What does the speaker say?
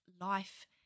life